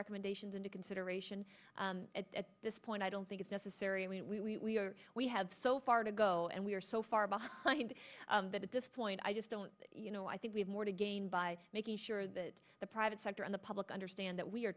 recommendations into consideration at this point i don't think it's necessary we are we have so far to go and we are so far behind that at this point i just don't you know i think we have more to gain by making sure that the private sector and the public understand that we are